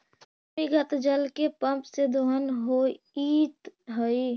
भूमिगत जल के पम्प से दोहन होइत हई